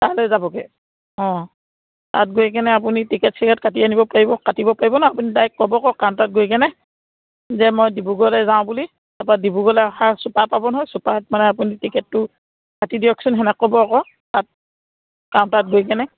তালৈ যাবগৈ অঁ তাত গৈ কেনে আপুনি টিকেট চিকেট কাটি আনিব পাৰিব কাটিব পাৰিব নহ্ আপুনি ডাইৰেক্ট ক'ব আকৌ কাউণ্টাৰত গৈ কেনে যে মই ডিব্ৰুগড়লৈ যাওঁ বুলি তাৰপৰা ডিব্ৰুগড়লৈ অহা ছুপাৰ পাব নহয় ছুপাৰত মানে আপুনি টিকেটটো কাটি দিয়কচোন তেনেকৈ ক'ব আকৌ তাত কাউণ্টাৰত গৈ কেনে